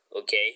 okay